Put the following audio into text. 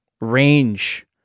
range